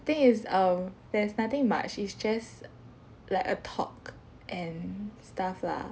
thing is um there's nothing much it's just e~ like a talk and stuff lah